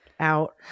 Out